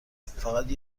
فقط